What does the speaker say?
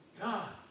God